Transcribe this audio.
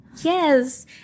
Yes